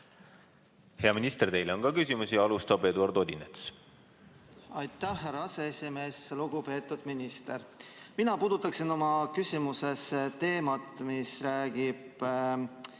Hea minister, teile on ka küsimusi. Alustab Eduard Odinets. Aitäh, härra aseesimees! Lugupeetud minister! Mina puudutaksin oma küsimuses teemat, mis räägib